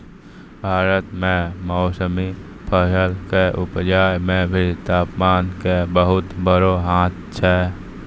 भारत मॅ मौसमी फसल कॅ उपजाय मॅ भी तामपान के बहुत बड़ो हाथ छै